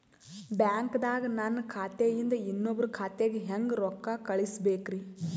ಬ್ಯಾಂಕ್ದಾಗ ನನ್ ಖಾತೆ ಇಂದ ಇನ್ನೊಬ್ರ ಖಾತೆಗೆ ಹೆಂಗ್ ರೊಕ್ಕ ಕಳಸಬೇಕ್ರಿ?